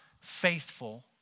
faithful